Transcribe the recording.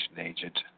agent